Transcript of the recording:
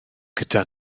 gyda